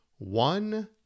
one